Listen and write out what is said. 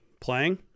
Playing